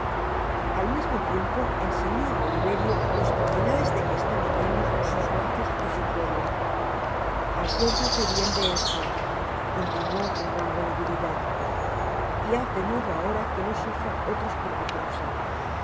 al mismo tiempo enseñó á oliyerio los cardenales de que estaban llenos sus brazos y su cuello acuérdate bien de esto continuó con gran volubilidad y haz de modo ahora que no sufra otros por tu causa